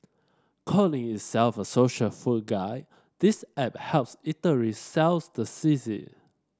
calling itself a social food guide this app helps eateries sells the sizzle